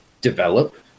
develop